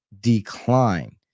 decline